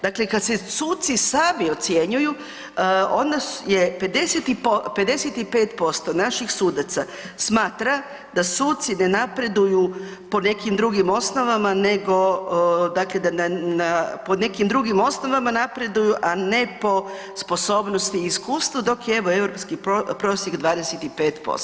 Dakle, kad se suci sami ocjenjuju, onda je 55% naših sudaca smatra da suci ne napreduju po nekim drugim osnovama nego dakle na, po nekim drugim osnovama napreduju, a ne po sposobnosti i iskustvu, dok je evo, europski prosjek 25%